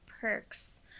perks